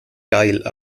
geil